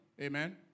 Amen